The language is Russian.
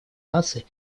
наций